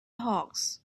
hawks